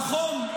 נכון,